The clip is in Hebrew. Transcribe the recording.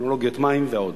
טכנולוגיית מים ועוד.